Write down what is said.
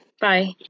Bye